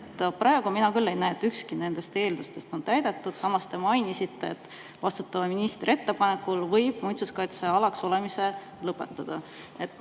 Praegu mina küll ei näe, et ükski nendest eeldustest oleks täidetud. Samas, te mainisite, et vastutava ministri ettepanekul võib muinsuskaitsealaks olemise lõpetada.